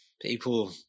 people